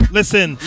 listen